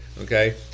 Okay